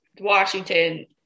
Washington